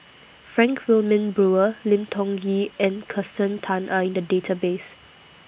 Frank Wilmin Brewer Lim Tiong Ghee and Kirsten Tan Are in The Database